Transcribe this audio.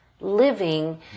living